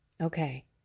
Okay